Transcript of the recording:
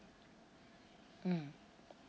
mm